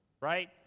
right